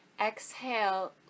Exhale